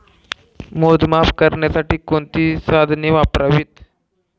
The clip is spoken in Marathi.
मोजमाप करण्यासाठी कोणती साधने वापरावीत?